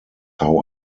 how